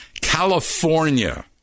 California